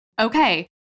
Okay